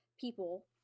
people